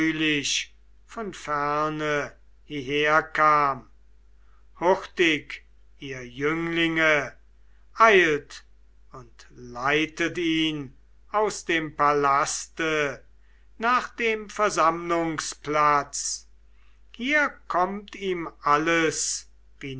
von ferne hieherkam hurtig ihr jünglinge eilt und leitet ihn aus dem palaste nach dem versammlungsplatz hier kommt ihm alles